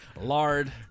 lard